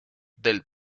del